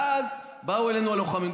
ואז באו אלינו הלוחמים,